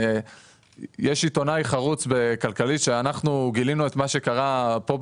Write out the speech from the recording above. יש עיתונאי חרוץ בכלכליסט שאנחנו גילינו את מה שקרה פה,